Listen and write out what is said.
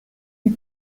eût